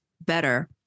better